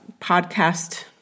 podcast